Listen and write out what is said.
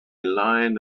line